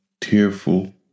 tearful